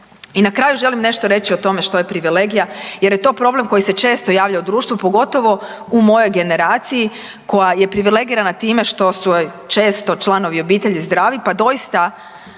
I na kraju želim nešto reći o tome što je privilegija, jer je to problem koji se često javlja u društvu pogotovo u mojoj generaciji koja je privilegirana time što su joj često članovi obitelji zdravi pa doista